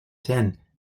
tin